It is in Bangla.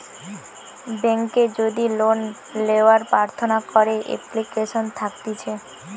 বেংকে যদি লোন লেওয়ার প্রার্থনা করে এপ্লিকেশন থাকতিছে